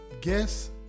Guess